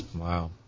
Wow